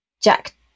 Jack